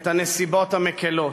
את הנסיבות המקילות.